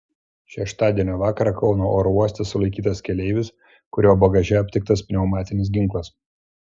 šeštadienio vakarą kauno oro uoste sulaikytas keleivis kurio bagaže aptiktas pneumatinis ginklas